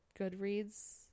Goodreads